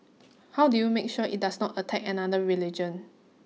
how do you make sure it does not attack another religion